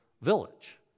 village